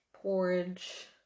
porridge